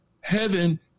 Heaven